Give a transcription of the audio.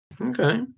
Okay